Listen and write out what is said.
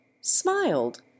smiled